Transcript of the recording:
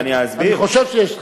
אני חושב שיש דחיפות.